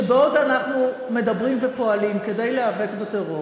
שבעוד אנחנו מדברים ופועלים כדי להיאבק בטרור,